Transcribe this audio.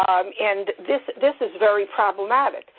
um and this this is very problematic.